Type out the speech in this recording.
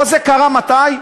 כל זה קרה מתי?